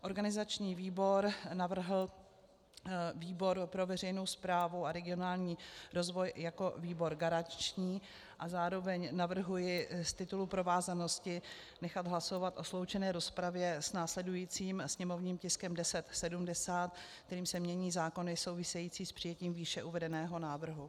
Organizační výbor navrhl výbor pro veřejnou správu a regionální rozvoj jako výbor garanční a zároveň navrhuji z titulu provázanosti nechat hlasovat o sloučené rozpravě s následujícím sněmovním tiskem 1070, kterým se mění zákony související s přijetím výše uvedeného návrhu.